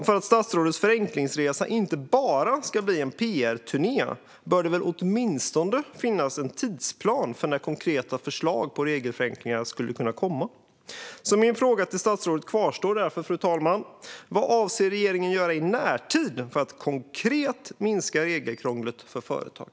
För att statsrådets förenklingsresa inte bara ska bli en pr-turné bör det väl åtminstone finnas en tidsplan för när konkreta förslag på regelförenklingar skulle kunna komma? Fru talman! Min fråga till statsrådet kvarstår därför. Vad avser regeringen att göra i närtid för att konkret minska regelkrånglet för företag?